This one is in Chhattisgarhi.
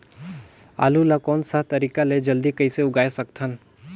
आलू ला कोन सा तरीका ले जल्दी कइसे उगाय सकथन?